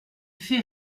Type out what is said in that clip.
fit